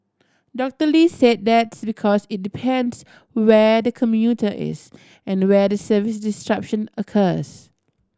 Doctor Lee said that's because it depends where the commuter is and where the service disruption occurs